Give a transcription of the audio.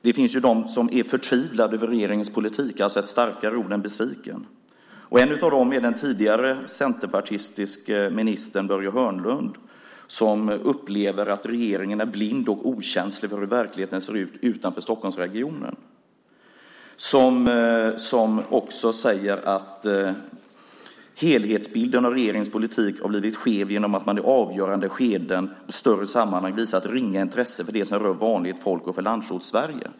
Det finns de som är förtvivlade över regeringens politik - alltså ett starkare ord än besviken. En av dem är den tidigare centerpartistiske ministern Börje Hörnlund som upplever att regeringen är blind och okänslig för hur verkligheten ser ut utanför Stockholmsregionen och som säger att helhetsbilden av regeringens politik har blivit skev genom att man i avgörande skeden och i större sammanhang visat ringa intresse för det som rör vanligt folk och Landsorts-Sverige.